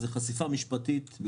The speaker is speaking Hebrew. היא חשיפה משפטית.